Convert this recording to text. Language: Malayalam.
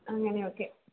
അങ്ങനെ ഓക്കെ